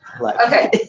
okay